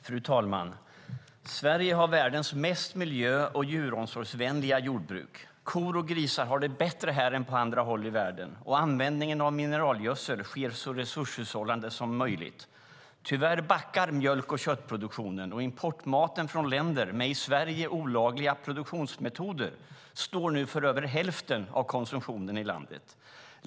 Fru talman! Sverige har världens mest miljö och djuromsorgsvänliga jordbruk. Kor och grisar har det bättre här än på andra håll i världen, och användningen av mineralgödsel sker så resurshushållande som möjligt. Tyvärr backar mjölk och köttproduktionen, och importmaten från länder med i Sverige olagliga produktionsmetoder står nu för över hälften av konsumtionen i landet.